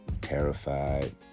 Terrified